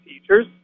teachers